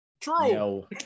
True